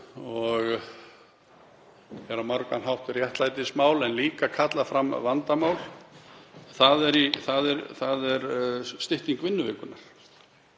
og er á margan hátt réttlætismál en hefur líka kallað fram vandamál, það er stytting vinnuvikunnar.